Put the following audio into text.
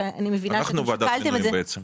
שאני מבינה -- אנחנו ועדת מינויים בעצם.